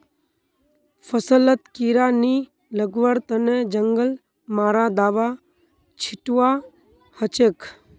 फसलत कीड़ा नी लगवार तने जंगल मारा दाबा छिटवा हछेक